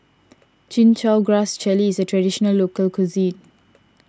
Chin Chow Grass Jelly is a Traditional Local Cuisine